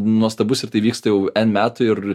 nuostabus ir tai vyksta jau en metų ir